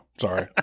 Sorry